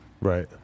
Right